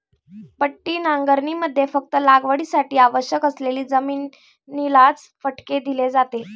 पट्टी नांगरणीमध्ये फक्त लागवडीसाठी आवश्यक असलेली जमिनीलाच फटके दिले जाते